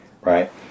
right